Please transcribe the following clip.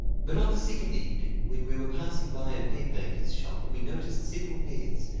but on the second evening when we were passing by a bed-maker's shop we noticed several beds,